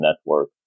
network